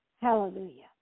Hallelujah